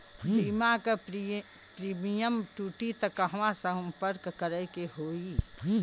बीमा क प्रीमियम टूटी त कहवा सम्पर्क करें के होई?